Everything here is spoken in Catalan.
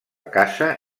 casa